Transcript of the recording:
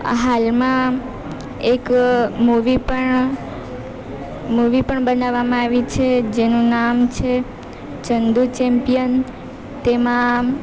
હાલમાં એક મૂવી પણ મૂવી પણ બનાવવામાં આવી છે જેનું નામ છે ચંદુ ચેમ્પિયન તેમાં